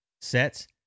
sets